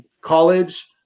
college